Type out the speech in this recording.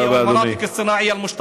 הפופולריות שלי.